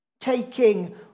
taking